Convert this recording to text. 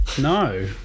no